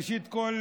ראשית כול